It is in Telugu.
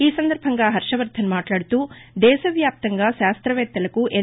ఈ సందర్భంగా హర్వవర్గన్ మాట్లాడుతూ దేశవ్యాప్తంగా శాస్త్రవేత్తలకు ఎన్